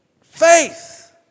Faith